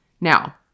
Now